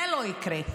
זה לא יקרה.